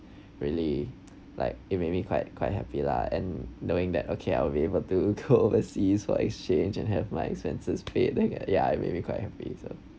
really like it may be quite quite happy lah and knowing that okay I'll be able to go overseas for exchange and have my expenses paid then like ya maybe quite happy also